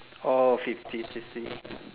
oh fifty sixty